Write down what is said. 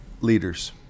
Leaders